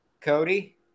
Cody